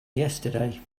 yesterday